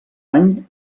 any